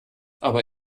aber